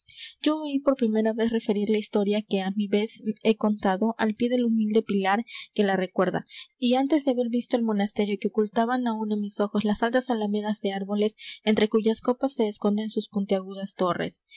yo oí por primera vez referir la historia que á mi vez he contado al pie del humilde pilar que la recuerda y antes de haber visto el monasterio que ocultaban aún á mis ojos las altas alamedas de árboles entre cuyas copas se esconden sus puntiagudas torres